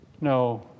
No